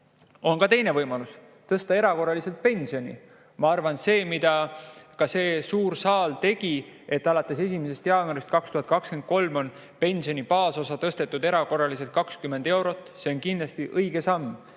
On ka teine võimalus: tõsta erakorraliselt pensioni. Ma arvan, et ka see, mida ka suur saal tegi, et alates 1. jaanuarist 2023 on pensioni baasosa tõstetud erakorraliselt 20 eurot, on kindlasti õige samm.